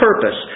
purpose